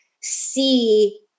see